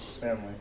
Family